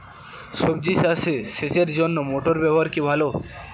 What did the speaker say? সবজি চাষে সেচের জন্য মোটর ব্যবহার কি ভালো?